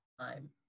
time